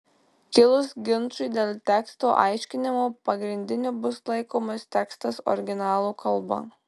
kilus ginčui dėl teksto aiškinimo pagrindiniu bus laikomas tekstas originalo kalba